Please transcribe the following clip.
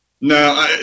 No